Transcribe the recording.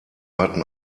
hatten